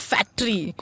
Factory